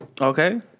okay